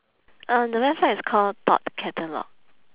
uh the website is called thought catalogue